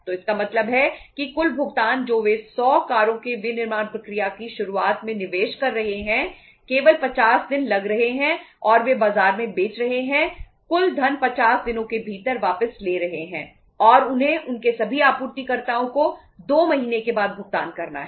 तो इसका मतलब है कि कुल भुगतान जो वे 100 कारों की विनिर्माण प्रक्रिया की शुरुआत में निवेश कर रहे हैं केवल 50 दिन लग रहे हैं और वे बाजार में बेच रहे हैं कुल धन 50 दिनों के भीतर वापस ले रहे हैं और उन्हें उनके सभी आपूर्तिकर्ताओं को 2 महीने के बाद भुगतान करना है